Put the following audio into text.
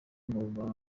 muri